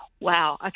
wow